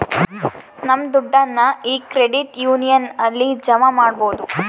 ನಮ್ ದುಡ್ಡನ್ನ ಈ ಕ್ರೆಡಿಟ್ ಯೂನಿಯನ್ ಅಲ್ಲಿ ಜಮಾ ಮಾಡ್ಬೋದು